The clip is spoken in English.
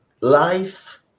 life